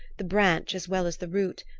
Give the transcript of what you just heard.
the branch as well as the root,